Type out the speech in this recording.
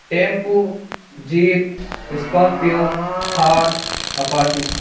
tempo jeep scorpio Thar apache